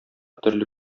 төрле